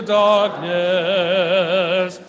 darkness